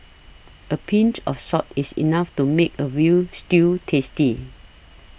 a pinch of salt is enough to make a Veal Stew tasty